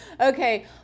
Okay